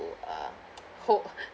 to uh hold